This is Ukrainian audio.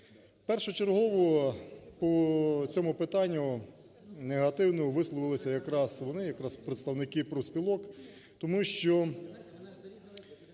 Першочергово по цьому питанню негативно висловилися якраз вони, якраз представники профспілок, тому що